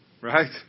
right